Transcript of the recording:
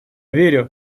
верю